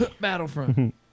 Battlefront